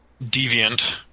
deviant